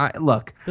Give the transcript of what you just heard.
Look